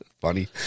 Funny